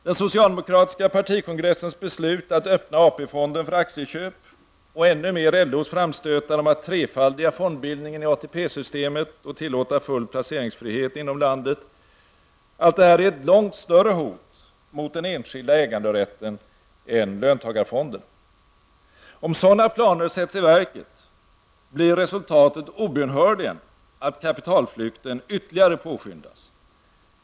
Den socialdemokratiska partikongressens beslut att öppna AP-fonden för aktieköp, och ännu mer LOs framstötar om att trefaldiga fondbildningen i ATP systemet och tillåta full placeringsfrihet inom landet, är ett långt större hot mot den enskilda äganderätten än löntagarfonderna. Om sådana planer sätts i verket, blir resultatet obönhörligen att kapitalflykten ytterligare påskyndas.